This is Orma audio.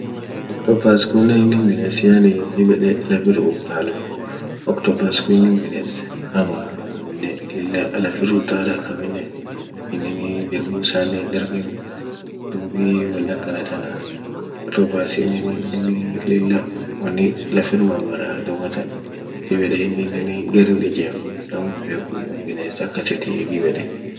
octopus kunen inin bines yani dib yede lafir u'utaluu, octopus kun inin bines hamaa ,bines lilla lafir utalaa aminen ininii dirbu isane hindarganu dubii won akana tanaa octopus inini inini lilla wonni lafir mammaraa dubatan dib yede inin garin ijem namu hinbekuu bines akasitii dib yede.